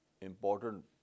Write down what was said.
important